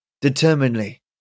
determinedly